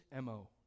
MO